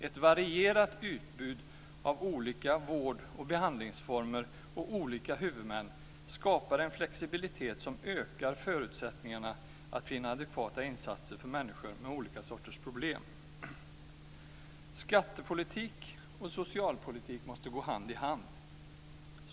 Ett varierat utbud av olika vård och behandlingsformer och olika huvudmän skapar en flexibilitet som ökar förutsättningarna för att finna adekvata insatser för människor med olika sociala problem. Skattepolitik och socialpolitik måste gå hand i hand.